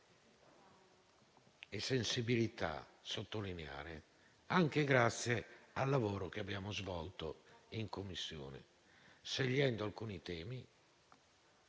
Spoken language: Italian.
e sensibilità possiamo sottolinearlo, anche grazie al lavoro che abbiamo svolto in Commissione, scegliendo alcuni temi.